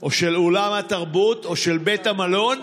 או של אולם התרבות או של בית המלון,